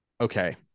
Okay